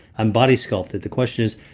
i'm body sculpted. the question is,